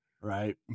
Right